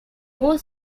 more